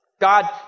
God